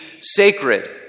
sacred